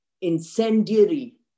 incendiary